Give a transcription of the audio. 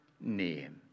name